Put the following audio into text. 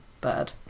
bad